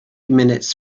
minutes